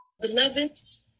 Beloveds